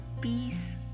peace